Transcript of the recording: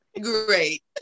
great